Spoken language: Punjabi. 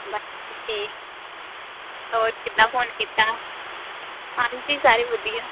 ਬਸ ਜੀ ਹੋਰ ਕਿੱਦਾਂ ਫੋਨ ਕੀਤਾ ਹਾਂਜੀ ਸਾਰੇ ਵਧੀਆ